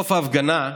בסוף ההפגנה,